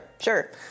sure